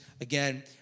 Again